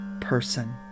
person